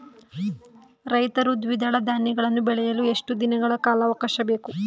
ರೈತರು ದ್ವಿದಳ ಧಾನ್ಯಗಳನ್ನು ಬೆಳೆಯಲು ಎಷ್ಟು ದಿನಗಳ ಕಾಲಾವಾಕಾಶ ಬೇಕು?